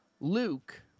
Luke